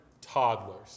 toddlers